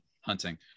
hunting